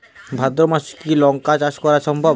ভাদ্র মাসে কি লঙ্কা চাষ সম্ভব?